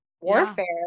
warfare